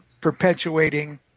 perpetuating